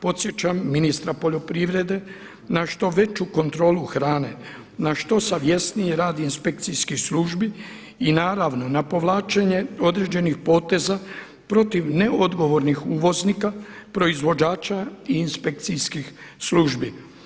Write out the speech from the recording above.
Podsjećam ministra poljoprivrede na što veću kontrolu hrane, na što savjesniji rad inspekcijskih službi i naravno na povlačenje određenih poteza protiv neodgovornih uvoznika, proizvođača i inspekcijskih službi.